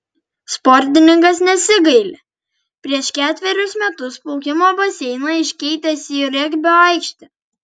sportininkas nesigaili prieš ketverius metus plaukimo baseiną iškeitęs į regbio aikštę